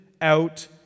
out